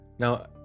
Now